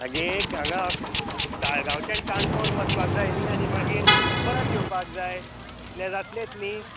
आगे हांगा ताळगांवच्यान काणकोण वचपाक जाय न्ही आनी मागीर परत येवपाक जाय इतलें जातलेंत न्ही